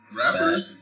rappers